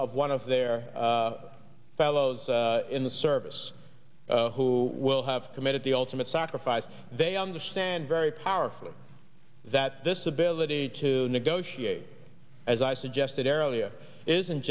of one of their fellows in the service who will have committed the ultimate sacrifice they understand very powerfully that this ability to negotiate as i suggested earlier isn't